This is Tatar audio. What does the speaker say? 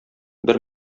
бер